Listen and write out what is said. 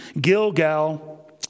Gilgal